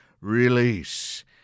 release